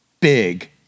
Big